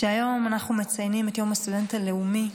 כי כשהיום אנחנו מציינים את יום הסטודנט הלאומי,